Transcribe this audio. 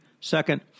Second